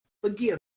Forgive